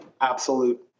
absolute